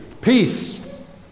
peace